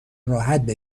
راحت